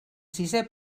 sisè